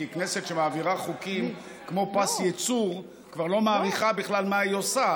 כי כנסת שמעבירה חוקים כמו פס ייצור כבר לא מעריכה בכלל מה שהיא עושה.